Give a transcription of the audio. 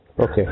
Okay